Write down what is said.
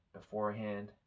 beforehand